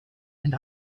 and